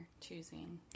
choosing